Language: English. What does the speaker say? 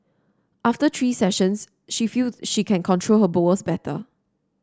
after three sessions she feel she can control her bowels better